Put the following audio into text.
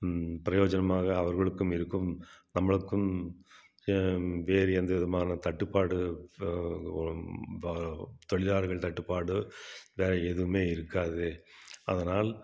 பிரயோஜனமாக அவர்களுக்கும் இருக்கும் நம்மளுக்கும் வேறு எந்த விதமான தட்டுப்பாடு தொழிலாளர்கள் தட்டுப்பாடு வேற எதுவுமே இருக்காது அதனால்